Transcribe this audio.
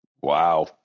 Wow